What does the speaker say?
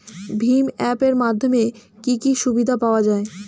ভিম app এর মাধ্যমে কি কি সুবিধা পাওয়া যায়?